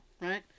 Right